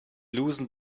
loosened